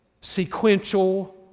sequential